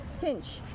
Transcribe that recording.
pinch